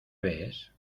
ves